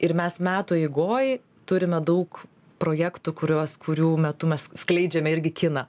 ir mes metų eigoj turime daug projektų kuriuos kurių metu mes skleidžiame irgi kiną